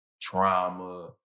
trauma